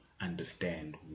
understand